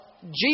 Jesus